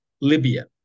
Libya